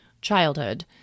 childhood